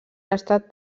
estat